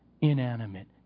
inanimate